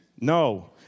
no